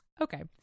okay